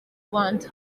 rwanda